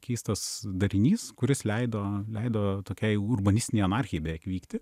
keistas darinys kuris leido leido tokiai urbanistinei anarchijai beveik vykti